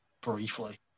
briefly